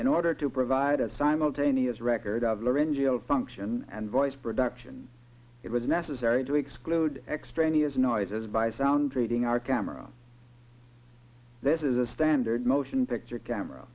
order to provide a simultaneous record of lauryn hill function and voice production it was necessary to exclude extraneous noise as by sound treating our camera this is a standard motion picture camera